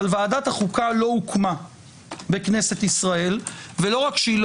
אבל ועדת החוקה לא הוקמה בכנסת ישראל ולא רק שלא